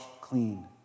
clean